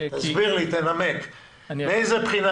תסביר לי, תנמק, מאיזו בחינה?